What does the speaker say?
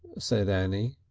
said annie.